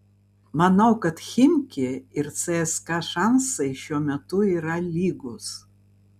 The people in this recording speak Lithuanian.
manau kad chimki ir cska šansai šiuo metu yra lygūs